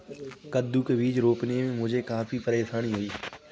कद्दू के बीज रोपने में मुझे काफी परेशानी हुई